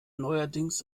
neuerdings